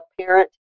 parent